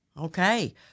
Okay